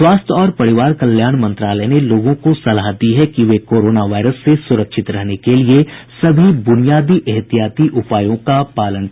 स्वास्थ्य और परिवार कल्याण मंत्रालय ने लोगों को सलाह दी है कि वे कोरोना वायरस से सु्रक्षित रहने के लिए सभी बुनियादी एहतियाती उपायों का पालन करें